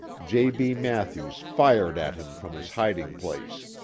j. b. mathews fired at him from his hiding place.